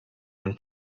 and